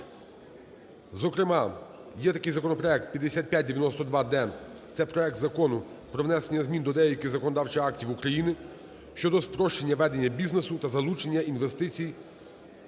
Зокрема є такий законопроект 5592-д, це проект Закону про внесення змін до деяких законодавчих актів України (щодо спрощення ведення бізнесу та залучення інвестицій